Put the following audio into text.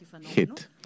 hit